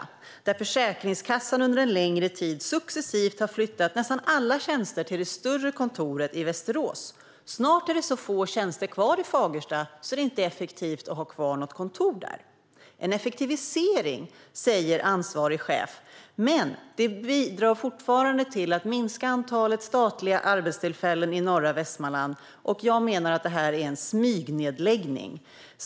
Där har Försäkringskassan under en längre tid successivt flyttat nästan alla tjänster till det större kontoret i Västerås. Snart är det så få tjänster kvar i Fagersta att det inte är effektivt att ha kvar något kontor där. Det är en effektivisering, enligt ansvarig chef. Men det bidrar fortfarande till att minska antalet statliga arbetstillfällen i norra Västmanland. Jag menar att detta är en smygnedläggning.